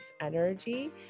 energy